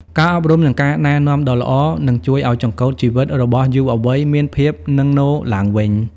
ការអប់រំ និងការណែនាំដ៏ល្អ នឹងជួយឱ្យចង្កូតជីវិតរបស់យុវវ័យមានភាពនឹងនឡើងវិញ។